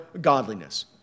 godliness